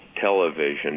television